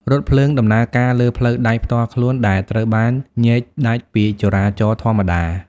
រថភ្លើងដំណើរការលើ ផ្លូវដែកផ្ទាល់ខ្លួន ដែលត្រូវបានញែកដាច់ពីចរាចរណ៍ធម្មតា។